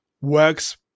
works